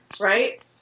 right